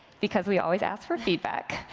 because we always ask for feedback,